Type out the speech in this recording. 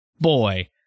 boy